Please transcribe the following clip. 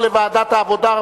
לדיון מוקדם בוועדת העבודה,